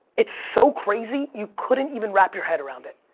it's so crazy you couldn't even wrap your head around it.